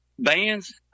Bands